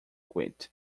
quit